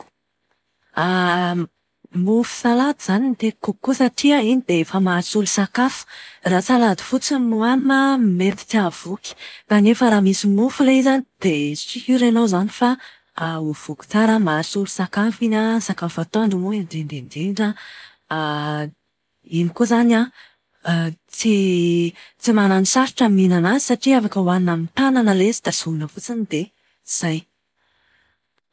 Mofo salady izany no tiako kokoa satria iny dia efa mahasolo sakafo. Raha salady fotsiny no hohanina mety tsy hahavoky. Kanefa raha misy mofo ilay izy an, dia siora ianao fa ho voky tsara, mahasolo sakafo iny an, sakafo atoandro moa indrindra indrindra. Iny koa izany an, tsy tsy manano sarotra ny mihinana azy satria afaka hohanina amin'ny tanana ilay izy, tazomina fotsiny dia izay.